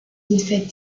défait